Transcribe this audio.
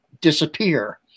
disappear